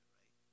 right